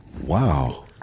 Wow